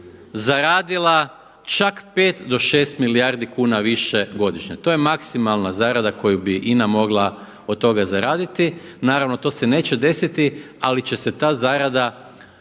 zaradila čak 5 do 6 milijardi kuna više godišnje. To je maksimalna zarada koju bi INA mogla od toga zaraditi. Naravno to se neće desiti, ali će se ta zarada